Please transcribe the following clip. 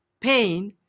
pain